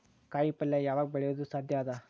ಕಾಯಿಪಲ್ಯ ಯಾವಗ್ ಬೆಳಿಯೋದು ಸಾಧ್ಯ ಅದ?